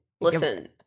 listen